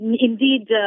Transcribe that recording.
indeed